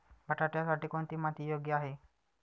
बटाट्यासाठी कोणती माती योग्य आहे?